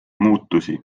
muutusi